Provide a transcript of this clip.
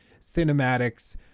cinematics